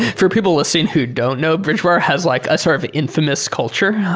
for people listening who don't know bridgewater has like a sort of infamous culture,